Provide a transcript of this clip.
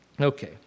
Okay